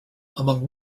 among